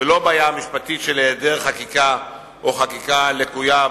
ולא בעיה משפטית של העדר חקיקה או חקיקה לקויה,